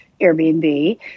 Airbnb